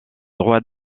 droit